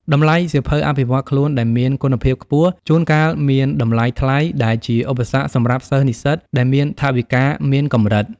តម្លៃសៀវភៅអភិវឌ្ឍខ្លួនដែលមានគុណភាពខ្ពស់ ជួនកាលមានតម្លៃថ្លៃ ដែលជាឧបសគ្គសម្រាប់សិស្សនិស្សិតដែលមានថវិកាមានកម្រិត។